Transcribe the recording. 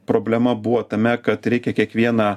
problema buvo tame kad reikia kiekvieną